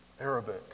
Arabic